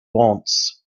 wants